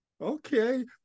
Okay